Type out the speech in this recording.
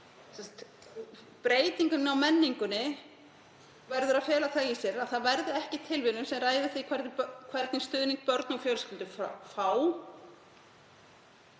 Breytingin á menningunni verður að fela það í sér að það verði ekki tilviljun sem ræður því hvernig stuðning börn og fjölskyldur fá.